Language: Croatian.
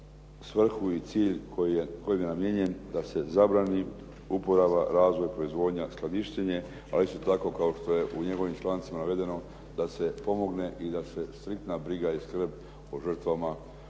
svrhu i cilj kojem je namijenjen da se zabrani uporaba, razvoj, proizvodnja, skladištenje, ali isto tako kao što je u njegovim člancima navedeno, da se pomogne i da se striktna briga i skrb o žrtvama